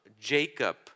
Jacob